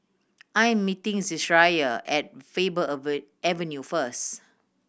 I'm meeting Zechariah at Faber Avenue first